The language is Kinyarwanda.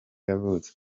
yavutse